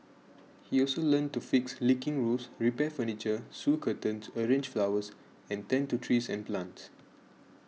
he also learnt to fix leaking roofs repair furniture sew curtains arrange flowers and tend to trees and plants